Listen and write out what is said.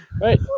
Right